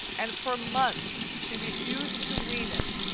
and for months she refused to wean it,